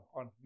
on